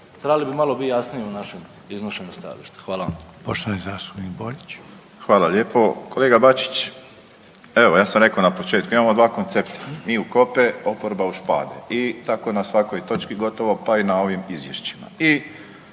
Trebali bi biti malo jasniji u našem iznošenju stajališta. **Reiner, Željko (HDZ)** Poštovani zastupnik Borić. **Borić, Josip (HDZ)** Hvala lijepo. Kolega Bačić, evo ja sam rekao na početku imamo dva koncepta mi u kope, oporba u špade i tako na svakoj točki gotovo pa i na ovim izvješćima.